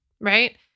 right